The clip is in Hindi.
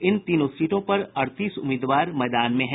इन तीनों सीटों पर अड़तीस उम्मीदवार मैदान में है